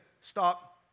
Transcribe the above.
stop